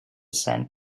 sand